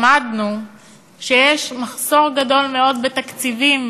למדנו שיש מחסור גדול מאוד בתקציבים